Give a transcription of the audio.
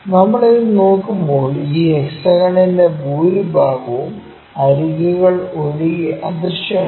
നമ്മൾ ഇത് നോക്കുമ്പോൾ ഈ ഹെക്സഗൺന്റെ ഭൂരിഭാഗവും അരികുകൾ ഒഴികെ അദൃശ്യമാണ്